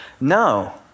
No